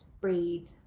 breathe